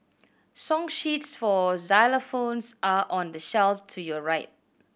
song sheets for xylophones are on the shelf to your right